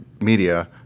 media